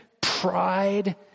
pride